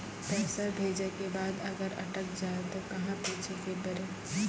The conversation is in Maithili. पैसा भेजै के बाद अगर अटक जाए ता कहां पूछे के पड़ी?